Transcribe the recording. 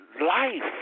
Life